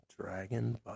Dragon